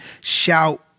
Shout